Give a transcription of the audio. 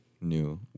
new